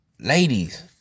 ladies